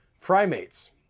primates